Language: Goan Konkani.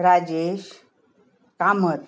राजेश कामत